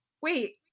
wait